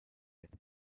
with